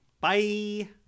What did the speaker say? Bye